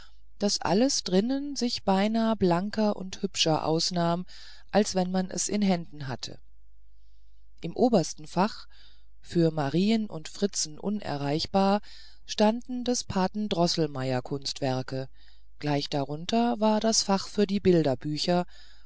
daß alles drinnen sich beinahe blanker und hübscher ausnahm als wenn man es in händen hatte im obersten fache für marien und fritzen unerreichbar standen des paten droßelmeier kunstwerke gleich darunter war das fach für die bilderbücher